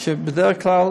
כשבדרך כלל,